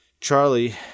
Charlie